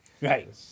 Right